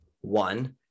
one